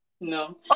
No